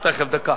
תיכף, דקה.